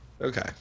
Okay